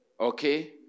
Okay